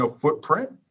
footprint